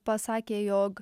pasakė jog